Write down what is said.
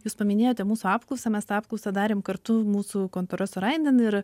jūs paminėjote mūsų apklausą mes tą apklausą darėm kartu mūsų kontora sorainen ir